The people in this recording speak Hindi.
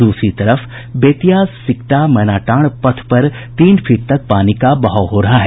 द्रसरी तरफ बेतिया सिकटा मैंनाटांड़ पथ पर तीन फीट तक पानी का बहाव हो रहा है